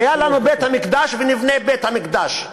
היה לנו בית-המקדש ונבנה את בית-המקדש.